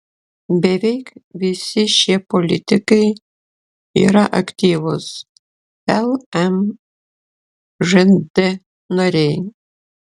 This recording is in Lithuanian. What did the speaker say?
beveik visi šie politikai yra aktyvūs lmžd nariai